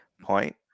point